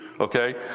okay